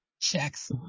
Checks